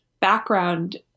background